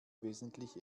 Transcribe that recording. wesentlich